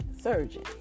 surgeon